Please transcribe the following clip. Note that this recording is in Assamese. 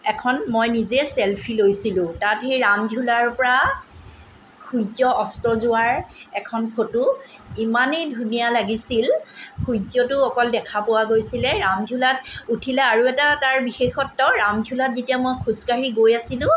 এখন মই নিজে চেলফি লৈছিলোঁ তাত সেই ৰামঝোলাৰপৰা সূৰ্য অস্ত যোৱাৰ এখন ফটো ইমানেই ধুনীয়া লাগিছিল সূৰ্যটো অকল দেখা পোৱা গৈছিলে ৰামঝোলাত উঠিলে আৰু এটা তাৰ বিশেষত্ব ৰামঝোলাত যেতিয়া মই খোজকাঢ়ি গৈ আছিলোঁ